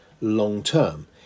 long-term